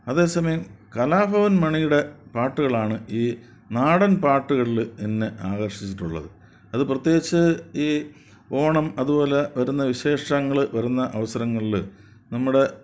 അതേസമയം കലാഭവൻ മണിയുടെ പാട്ടുകളാണ് ഈ നാടൻ പാട്ടുകളിൽ എന്നെ ആകർഷിച്ചിട്ടുള്ളത് അത് പ്രത്യേകിച്ച് ഈ ഓണം അതുപോലെ വരുന്ന വിശേഷങ്ങൾ വരുന്ന അവസരങ്ങളിൽ നമ്മുടെ